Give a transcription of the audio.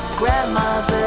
grandmas